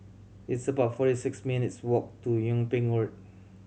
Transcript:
it's about forty six minutes walk to Yung Ping Road